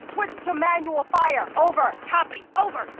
switch to manual fire, over copy, over.